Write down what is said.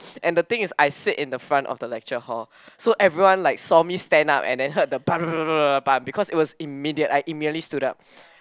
and the thing is I sit in the front of the lecture hall so everyone like saw me stand up and then heard the because it was immediate I immediately stood up